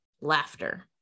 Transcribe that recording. laughter